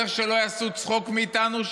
צריך שלא יעשו צחוק מאיתנו,